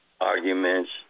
arguments